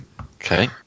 Okay